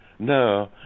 No